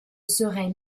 serai